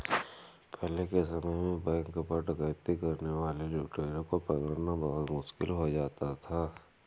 पहले के समय में बैंक पर डकैती करने वाले लुटेरों को पकड़ना बहुत मुश्किल हो जाता था